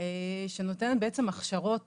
שנותנת בעצם הכשרות